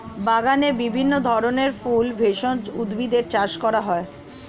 বাগানে বিভিন্ন ধরনের ফুল, ভেষজ উদ্ভিদের চাষ করা হয়